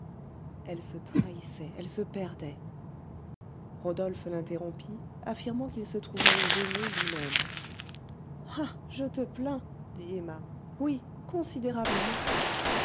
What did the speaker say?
elle se trahissait elle se perdait rodolphe l'interrompit affirmant qu'il se trouvait gêné luimême ah je te plains dit emma oui considérablement